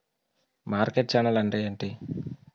Market channel అంటే ఏంటి?